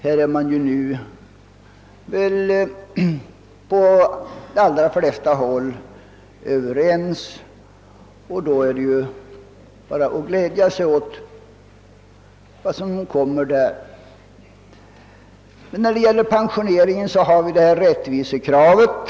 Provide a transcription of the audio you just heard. Här är man väl överens på de allra flesta håll, och då är det ju bara att glädja sig åt vad som kommer på den punkten. När det gäller pensioneringen har vi ett rättvisekrav.